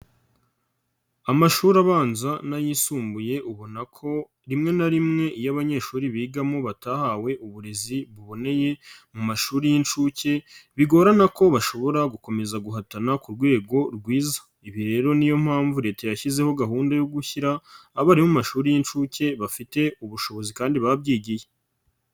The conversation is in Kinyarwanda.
Amashuri abanza n'ayisumbuye ubona ko rimwe na rimwe iyo abanyeshuri bigamo batahawe uburezi buboneye mu mashuri y'inshuke bigorana ko bashobora gukomeza guhatana ku rwego rwiza, ibi rero niyo mpamvu Leta yashyizeho gahunda yo gushyira abarimu mu mashuri y'inshuke bafite ubushobozi kandi babyigiye.